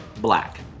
black